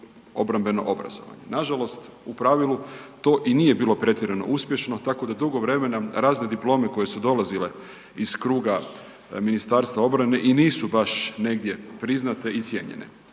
obrambeno obrazovanje. Nažalost, u pravilu to i nije pretjerano uspješno, tako da dugo vremena razne diplome koje su dolazile iz kruga Ministarstva obrane i nisu baš negdje priznate i cijenjene.